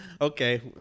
Okay